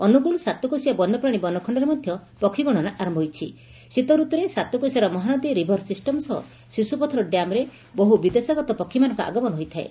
ଅନୁଗୋଳ ସାତକୋଶିଆ ବନ୍ୟପ୍ରାଣୀ ବନଖଶ୍ତରେ ମଧ ପକ୍ଷୀଗଣନା ଆର ସାତକୋଶିଆର ମହାନଦୀ ରିଭର ସିଷ୍ଟମ ସହ ଶିଶ୍ୱପଥର ଡ୍ୟାମରେ ବହୁ ବିଦେଶାଗତ ପକ୍ଷୀମାନଙ୍କ ଆଗମନ ହୋଇଥାଏ